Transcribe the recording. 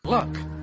Look